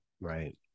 Right